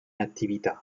attività